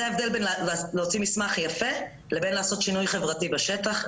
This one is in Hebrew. זה ההבדל בין להוציא מסמך יפה לבין לעשות שינוי חברתי בשטח,